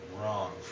wrong